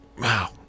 wow